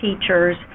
teachers